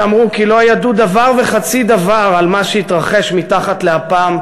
שאמרו כי לא ידעו דבר וחצי דבר על מה שהתרחש מתחת לאפם,